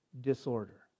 disorder